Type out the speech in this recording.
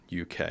uk